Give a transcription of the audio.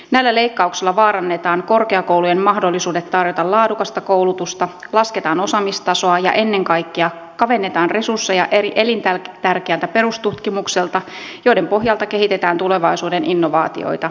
näillä leikkauksilla vaarannetaan korkeakoulujen mahdollisuudet tarjota laadukasta koulutusta lasketaan osaamistasoa ja ennen kaikkea kavennetaan resursseja elintärkeältä perustutkimukselta jonka pohjalta kehitetään tulevaisuuden innovaatioita